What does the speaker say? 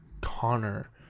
Connor